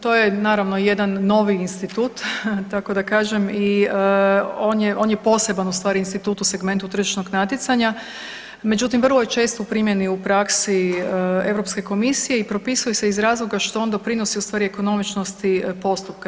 To je naravno jedan institut tako da kažem i on je poseban u stvari institut u segmentnu tržišnog natjecanja međutim vrlo je čest u primjeni u praksi Europske komisije i propisuje se iz razloga što on doprinosi u stvari ekonomičnosti postupka.